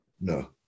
no